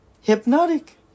hypnotic